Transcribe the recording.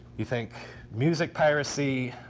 you think music piracy,